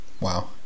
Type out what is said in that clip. Wow